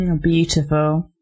Beautiful